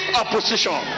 opposition